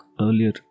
earlier